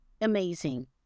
amazing